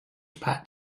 pat